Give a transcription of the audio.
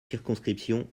circonscriptions